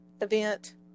event